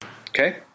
Okay